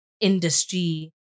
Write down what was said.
industry